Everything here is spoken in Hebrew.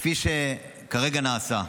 כפי שכרגע נעשה.